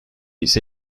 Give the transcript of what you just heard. ise